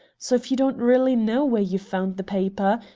so, if you don't really know where you found the paper,